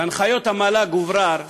בהנחיות המל"ג, הוברר,